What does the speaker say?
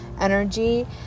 energy